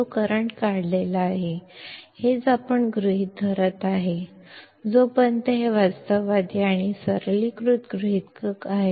ಅಲ್ಲಿ ಕರೆಂಟ್ ಅನ್ನು ಡ್ರಾವ್ಮಾಡಲಾಗಿದೆ ಇದನ್ನೇ ನಾವು ಊಹಿಸುತ್ತಿದ್ದೇವೆ ಇದು ವಾಸ್ತವಿಕ ಮತ್ತು ಸರಳಗೊಳಿಸುವ ಊಹೆಯಾಗಿದೆ